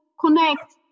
connect